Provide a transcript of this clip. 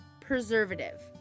preservative